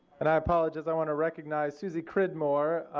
and i apologize, i want to recognize susie cridmore. i